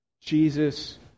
Jesus